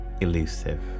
elusive